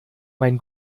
mein